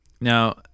Now